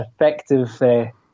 effective